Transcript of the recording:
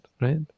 right